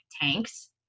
tanks